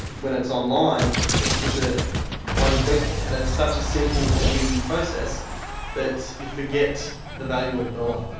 when it's online it's just ah one click, and it's such a simple and easy process that you forget the value of a dollar.